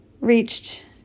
reached